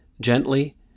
gently